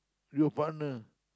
your partner